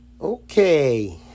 Okay